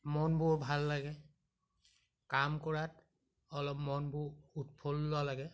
মনবোৰ ভাল লাগে কাম কৰাত অলপ মনবোৰ উৎফুল্ল লাগে